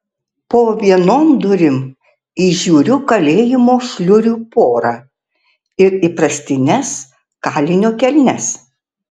po vienom durim įžiūriu kalėjimo šliurių porą ir įprastines kalinio kelnes